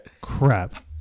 crap